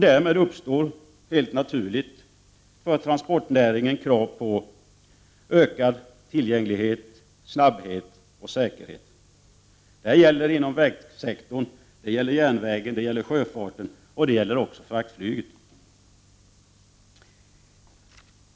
Därmed uppstår, helt naturligt, för transportnäringen krav på ökad tillgänglighet, snabbhet och säkerhet. Det gäller vägsektorn, järnvägen, sjöfarten och även fraktflyget.